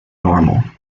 normal